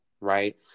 right